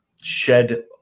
shed